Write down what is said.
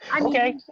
Okay